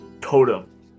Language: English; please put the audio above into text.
totem